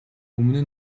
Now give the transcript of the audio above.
өмнө